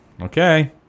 okay